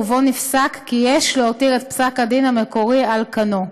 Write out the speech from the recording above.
ובו נפסק כי יש להותיר את פסק הדין המקורי על כנו.